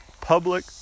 public